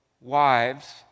wives